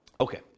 Okay